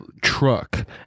truck